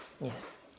Yes